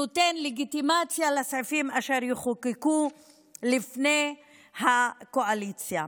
שנותן לגיטימציה לסעיפים אשר יחוקקו לפני הקואליציה.